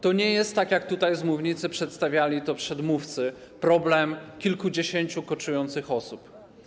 To nie jest, tak jak tutaj z mównicy przedstawiali to przedmówcy, problem kilkudziesięciu koczujących osób.